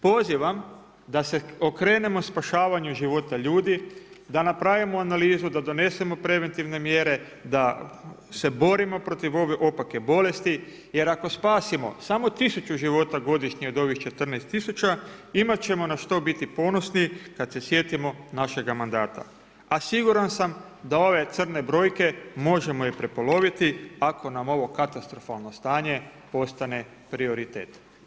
Pozivam da se okrenemo spašavanju života ljudi, da napravimo analizu, da donesemo preventivne mjere, da se borimo protiv ove opake bolesti jer ako spasimo samo 1000 života godišnje od ovih 14 tisuća imati ćemo na što biti ponosni kad se sjetimo našega mandata, a siguran sam da ove crne brojke možemo i prepoloviti ako nam ovo katastrofalno stanje postane prioritet.